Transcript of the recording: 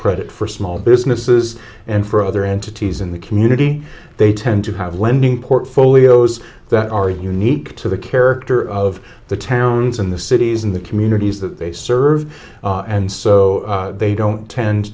credit for small businesses and for other entities in the community they tend to have lending portfolios that are unique to the character of the towns in the cities in the communities that they serve and so they don't tend